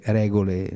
regole